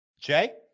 Jay